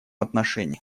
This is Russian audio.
отношении